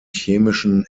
chemischen